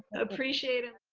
appreciate it.